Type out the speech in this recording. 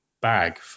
bag